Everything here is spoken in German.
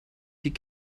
die